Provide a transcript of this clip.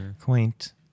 Quaint